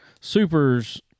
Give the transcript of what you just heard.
supers